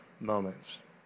moments